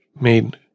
made